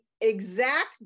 exact